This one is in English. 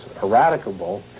eradicable